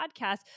podcast